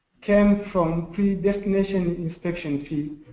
came from predestination inspection fee.